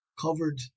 covered